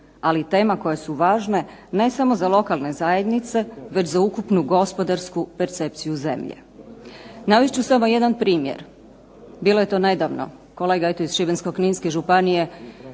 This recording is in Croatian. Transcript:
ali i tema koje su važne ne samo za lokalne zajednice već za ukupnu gospodarsku percepciju zemlje. Navest ću samo jedan primjer, bilo je to nedavno. Kolega eto iz Šibensko-kninske županije